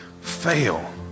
fail